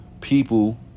people